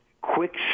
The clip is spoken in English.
quick